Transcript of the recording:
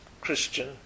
Christian